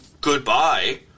goodbye